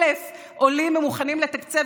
1,000 עולים הם מוכנים לתקצב,